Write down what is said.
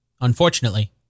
unfortunately